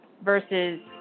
versus